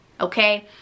okay